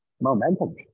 momentum